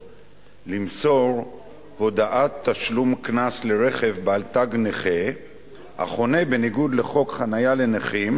למסור הודעת תשלום קנס לרכב בעל תג נכה החונה בניגוד לחוק חנייה לנכים,